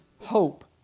hope